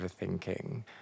overthinking